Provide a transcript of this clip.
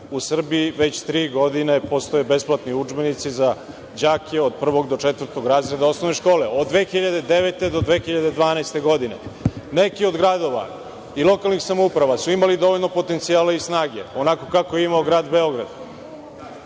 u Srbiji već tri godine postoje besplatni udžbenici za đake od prvog do četvrtog razreda osnovne škole, od 2009. do 2012. godine. Neki od gradova i lokalnih samouprava su imali dovoljno potencijala i snage, onako kako je imao Grad Beograd,